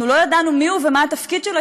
אנחנו לא ידענו מי הוא ומה התפקיד שלו.